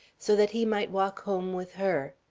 so that he might walk home with her.